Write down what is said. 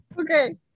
Okay